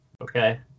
okay